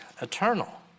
eternal